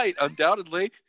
undoubtedly